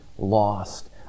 lost